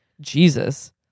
Jesus